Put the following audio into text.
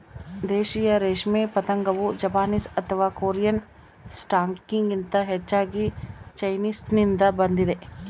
ದೇಶೀಯ ರೇಷ್ಮೆ ಪತಂಗವು ಜಪಾನೀಸ್ ಅಥವಾ ಕೊರಿಯನ್ ಸ್ಟಾಕ್ಗಿಂತ ಹೆಚ್ಚಾಗಿ ಚೈನೀಸ್ನಿಂದ ಬಂದಿದೆ